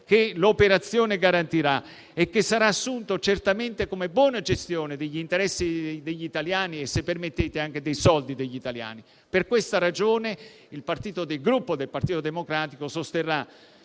che l'operazione garantirà e che saranno assunti certamente come buona gestione degli interessi degli italiani e - se permettete - anche dei loro soldi. Per questa ragione, il Gruppo Partito Democratico sosterrà